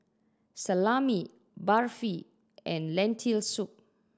Salami Barfi and Lentil Soup